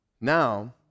Now